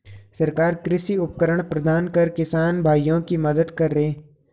सरकार कृषि उपकरण प्रदान कर किसान भाइयों की मदद करें